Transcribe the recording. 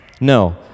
No